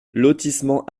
lotissement